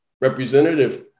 representative